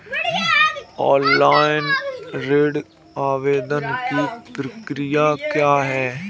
Online ऋण आवेदन की प्रक्रिया क्या है?